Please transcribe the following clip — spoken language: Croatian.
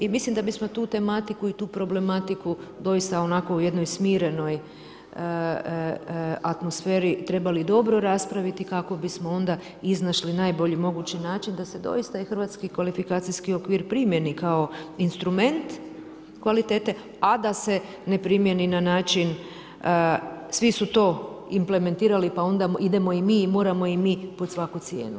I mislim da bismo tu tematiku i problematiku doista onako u jednoj smirenoj atmosferi trebali dobro raspraviti kako bismo onda iznašli najbolji mogući način da se doista i Hrvatski kvalifikacijski okvir primjeni kao instrument kvalitete a da se ne primjeni na način svi su to implementirali pa onda idemo i mi i moramo i mi pod svaku cijenu.